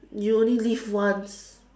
you only live once